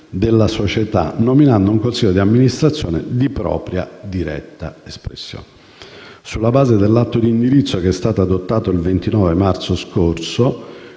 della società, nominando un consiglio di amministrazione di propria diretta espressione. Sulla base dell'atto d'indirizzo, adottato il 29 marzo scorso